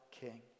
King